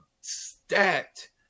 stacked